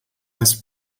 had